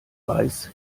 weiß